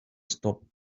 stop